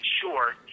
sure